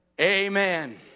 Amen